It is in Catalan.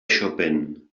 chopin